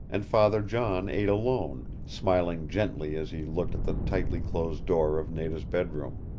and father john ate alone, smiling gently as he looked at the tightly closed door of nada's bedroom.